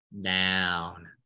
down